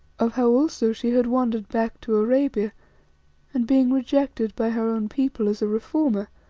of how also she had wandered back to arabia and, being rejected by her own people as a reformer,